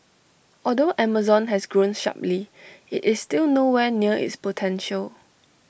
although Amazon has grown sharply IT is still nowhere near its potential